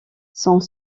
sont